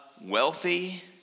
wealthy